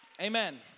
Amen